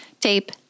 tape